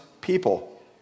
people